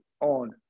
on